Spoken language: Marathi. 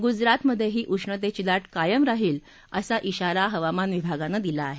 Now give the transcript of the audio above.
गुजरातमध्येही उष्णतेची लाट कायम राहील असा इशारा हवामान विभागानं दिला आहे